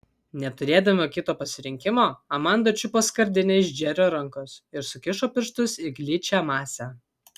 neturėdama kito pasirinkimo amanda čiupo skardinę iš džerio rankos ir sukišo pirštus į gličią masę